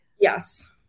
yes